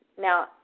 now